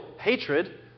hatred